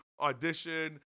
audition